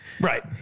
Right